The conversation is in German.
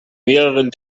mehreren